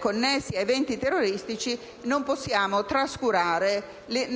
connessi ad eventi terroristici, non possiamo trascurare